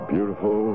Beautiful